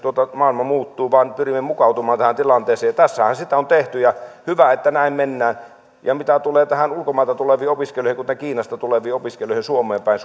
maailma muuttuu vaan pyrimme mukautumaan tähän tilanteeseen tässähän sitä on tehty ja hyvä että näin mennään mitä tulee ulkomailta tuleviin opiskelijoihin kuten kiinasta tuleviin opiskelijoihin suomeen päin